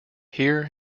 here